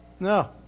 No